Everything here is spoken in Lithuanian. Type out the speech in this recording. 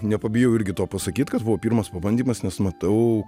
nepabijau irgi to pasakyt kad buvo pirmas pabandymas nes matau